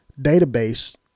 database